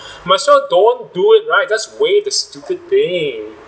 might as well don't do it right just waive the stupid thing